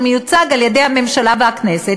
שמיוצג על-ידי הממשלה והכנסת,